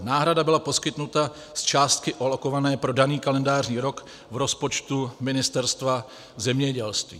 Náhrada byla poskytnuta z částky alokované pro daný kalendářní rok v rozpočtu Ministerstva zemědělství.